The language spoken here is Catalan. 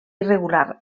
irregular